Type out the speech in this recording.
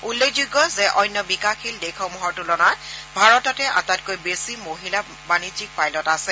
উল্লেখযোগ্য যে অন্য বিকাশশীল দেশসমূহৰ তুলনাত ভাৰততে আটাইতকৈ বেছি মহিলা বাণিজ্যিক পাইলট আছে